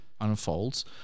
unfolds